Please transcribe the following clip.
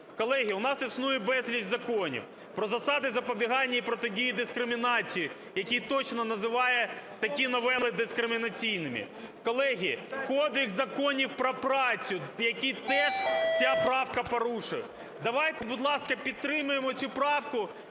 Колеги, у нас існує безліч законів: про засади запобігання і протидії дискримінації, який точно називає такі новели дискримінаційними; колеги, Кодекс законів про працю, які теж ця правка порушує. Давайте, будь ласка, підтримаємо цю правку,